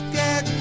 get